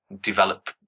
develop